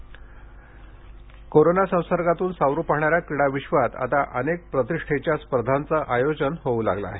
ITF tennis corona संसर्गातून सावरू पाहणाऱ्या क्रीडाविश्वात आता अनेक प्रतिष्ठेच्या स्पर्धाचं आयोजन होऊ लागले आहे